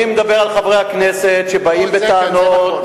אני מדבר על חברי הכנסת שבאים בטענות,